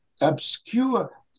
obscure